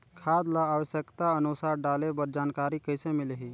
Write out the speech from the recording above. खाद ल आवश्यकता अनुसार डाले बर जानकारी कइसे मिलही?